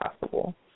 possible